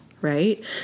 Right